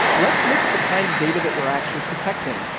let's look at the kind of data that we're actually protecting.